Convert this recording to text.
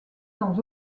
dans